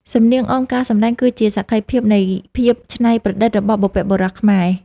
សំនៀងអមការសម្ដែងគឺជាសក្ខីភាពនៃភាពច្នៃប្រឌិតរបស់បុព្វបុរសខ្មែរ។